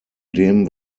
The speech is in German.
dem